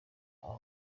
aha